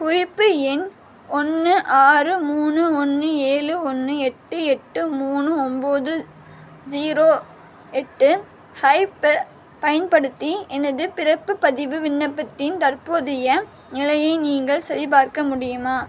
குறிப்பு எண் ஒன்று ஆறு மூணு ஒன்று ஏழு ஒன்று எட்டு எட்டு மூணு ஒம்பது ஜீரோ எட்டு ஐப் பயன்படுத்தி எனது பிறப்பு பதிவு விண்ணப்பத்தின் தற்போதைய நிலையை நீங்கள் சரிபார்க்க முடியுமா